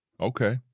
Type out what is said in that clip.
Okay